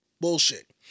bullshit